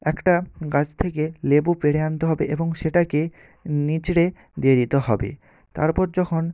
একটা গাছ থেকে লেবু পেড়ে আনতে হবে এবং সেটাকে নিচড়ে দিয়ে দিতে হবে তারপর যখন